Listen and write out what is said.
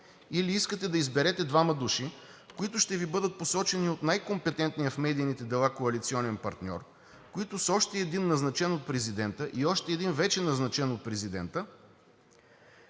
или искате да изберете двама души, които ще Ви бъдат посочени от най-компетентния в медийните дела коалиционен партньор, които с още един, назначен от президента, и още един, вече назначен от президента,